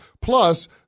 Plus